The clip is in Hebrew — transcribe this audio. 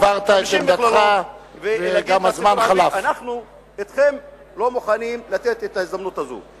שיגידו: אנחנו לכם לא מוכנים לתת את ההזדמנות הזאת.